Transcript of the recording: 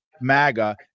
maga